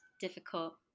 difficult